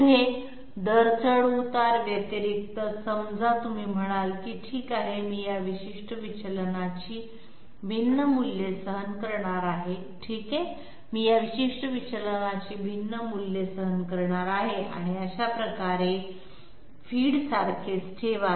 पुढे दर चढउतार व्यतिरिक्त समजा तुम्ही म्हणाल की ठीक आहे मी या विशिष्ट विचलनाची भिन्न मूल्ये सहन करणार आहे ठीक आहे मी या विशिष्ट विचलनाची भिन्न मूल्ये सहन करणार आहे आणि अशा प्रकारे फीड सारखेच ठेवा